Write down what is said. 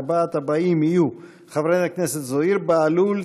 ארבעת הבאים יהיו חברי הכנסת זוהיר בהלול,